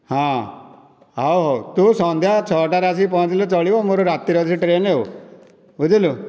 ହଁ ହେଉ ହେଉ ତୁ ସନ୍ଧ୍ୟା ଛଅଟାରେ ପହଞ୍ଚିଲେ ଚଳିବ ମୋର ରାତିରେ ଅଛି ଟ୍ରେନ୍ ଆଉ ବୁଝିଲୁ